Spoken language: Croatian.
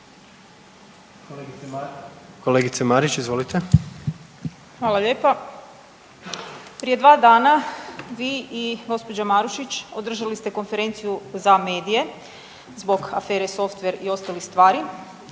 **Marić, Andreja (SDP)** Hvala lijepa. Prije dva dana vi i gospođa Marušić održali ste konferenciju za medije zbog afere Softver i ostalih stvari